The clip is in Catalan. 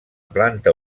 planta